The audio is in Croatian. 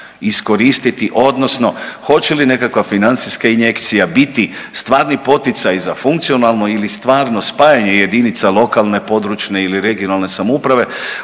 iskoristiti odnosno hoće li nekakva financijska injekcija biti stvari poticaji za funkcionalno ili stvarno spajanje jedinica lokalne, područne ili regionalne samouprave